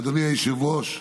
אדוני היושב-ראש,